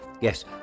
yes